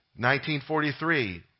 1943